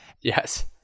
Yes